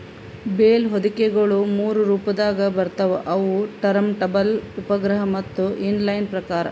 bale ಹೊದಿಕೆಗೊಳ ಮೂರು ರೊಪದಾಗ್ ಬರ್ತವ್ ಅವು ಟರಂಟಬಲ್, ಉಪಗ್ರಹ ಮತ್ತ ಇನ್ ಲೈನ್ ಪ್ರಕಾರ್